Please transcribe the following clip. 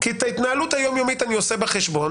כי את ההתנהלות היום-יומית אני עושה בחשבון.